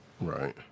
right